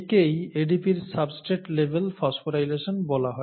একেই ADP র substrate level phosphorylation বলা হয়